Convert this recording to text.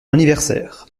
anniversaire